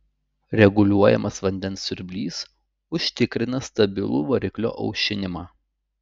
reguliuojamas vandens siurblys užtikrina stabilų variklio aušinimą